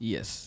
Yes